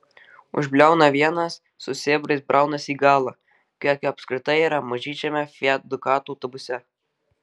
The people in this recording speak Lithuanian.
užbliauna vienas su sėbrais braunasi į galą kiek jo apskritai yra mažyčiame fiat ducato autobuse